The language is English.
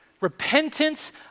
repentance